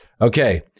Okay